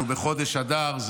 ואנחנו בחודש אדר,